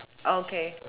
okay